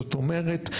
זאת אומרת,